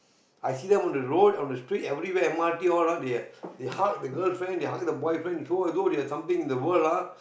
I see them on the road on the street everywhere m_r_t all ah they hug the girlfriend they hug the boyfriend so as though they have something to show the world ah